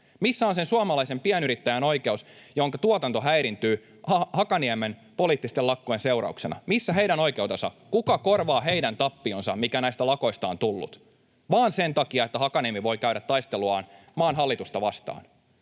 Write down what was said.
Missä on sen suomalaisen pienyrittäjän oikeus, jonka tuotanto häiriintyy Hakaniemen poliittisten lakkojen seurauksena? Missä heidän oikeutensa? Kuka korvaa heidän tappionsa, mikä näistä lakoista on tullut, vain sen takia, että Hakaniemi voi käydä taisteluaan maan hallitusta vastaan?